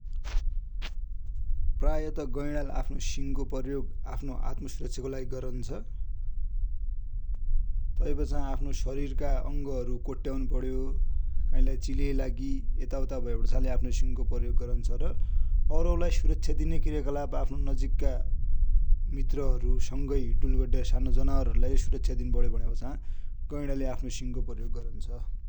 प्राय त गैडा ले आफ्नो सिङ को प्रयोग आफ्नो आत्मा सुरक्षाको लागि गरन्छ । तै पछा आफ्ना सरिर का अङगहरु कोट्ट्यउनु पर्यो, काइ लाइ चिले लागि यता उता भया पछा आफ्नो सिङ को प्रयोग गरन्छ्। और लाइ सुरक्षा दिने क्रियाकलाप, आफ्ना नजिक का मित्रहरु सङै हिड्डूल गर्दा, सानो जनावर लाइ सुरक्षा दिन पर्यो भनेपछा आफ्नो सिङ को प्रयोग गरन्छ।